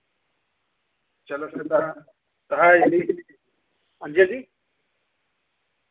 हांजी हांजी